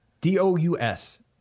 D-O-U-S